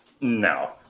No